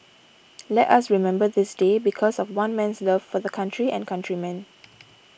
let us remember this day because of one man's love for the country and countrymen